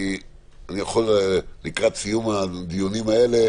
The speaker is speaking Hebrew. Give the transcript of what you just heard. אני יכול לקראת סיום הדיונים האלה